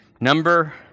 Number